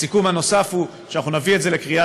הסיכום הנוסף הוא שאנחנו נביא את זה לקריאה